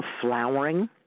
flowering